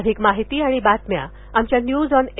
अधिक माहिती आणि बातम्या आमच्या न्यूज ऑन ए